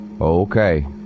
Okay